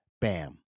Bam